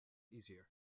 easier